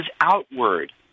outward